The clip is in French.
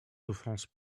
offense